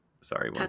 sorry